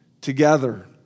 together